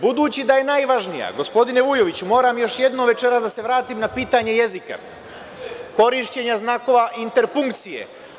Budući da je najvažnija, gospodine Vujoviću, moram još jednom večeras da se vratim na pitanje jezika, korišćenja znakova interpunkcije.